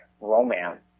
romance